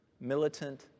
militant